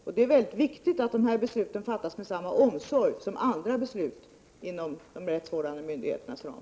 Det är också väldigt viktigt att besluten fattas med samma omsorg som andra beslut fattas med inom de rättsvårdande myndigheternas ram.